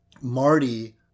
Marty